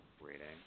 reading